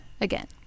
again